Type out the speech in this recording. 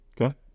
Okay